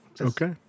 Okay